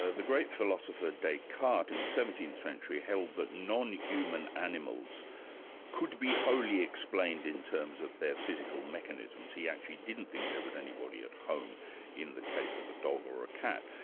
ah the great philosopher descartes in the seventeenth century held that non-human animals could be wholly explained in terms of their physical mechanisms he actually didn't think there was anybody at home in the case of a dog or a cat.